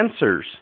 sensors